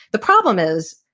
the problem is,